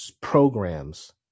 programs